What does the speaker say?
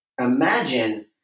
Imagine